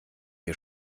ihr